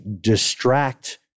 distract